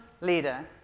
leader